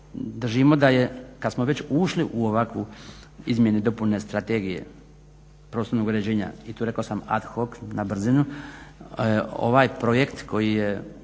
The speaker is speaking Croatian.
Držimo da je kad smo već ušli u ovakve izmjene i dopune Strategije prostornog uređenja i tu rekao sam ad hoc, na brzinu, ovaj projekt kojeg